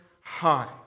high